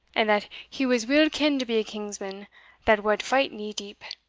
and that he was weel ken'd to be a kingsman that wad fight knee-deep,